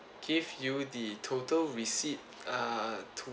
give you the total receipt uh to